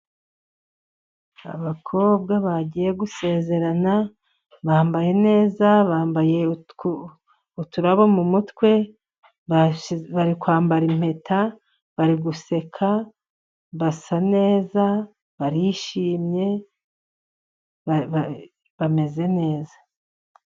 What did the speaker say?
Abakobwa bagiye gusezerana bambaye neza, bambaye uturabo mu mutwe. Bari kwambara impeta, bari guseka, basa neza, barishimye, bameze neza.